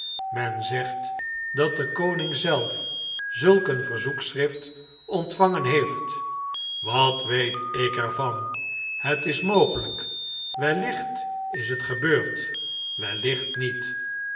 men zegt dat de koning zelf zulk een verzoekschrift ontvangen heeft wat weet ik er van het is mogelijk wellicht is het gebeiird wellicht niet